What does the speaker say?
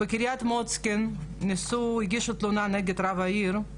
בקרית מוצקין הגישו תלונה נגד רב העיר.